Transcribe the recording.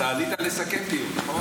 אתה עלית לסכם דיון, נכון?